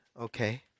Okay